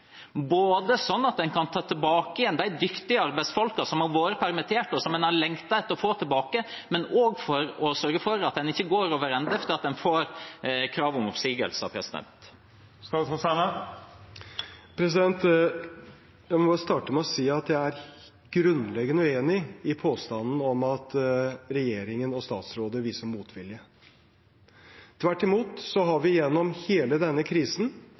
sånn at en kan ta tilbake igjen de dyktige arbeidsfolkene som har vært permittert, og som en har lengtet etter å få tilbake, men også for å sørge for at en ikke går over ende, og at en får krav om oppsigelse. Jeg må bare starte med å si at jeg er grunnleggende uenig i påstanden om at regjeringen og statsråder viser motvilje. Tvert imot har vi gjennom hele denne krisen